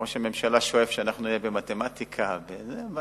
ראש הממשלה שואף שאנחנו נהיה ככה במתמטיקה, אבל